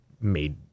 made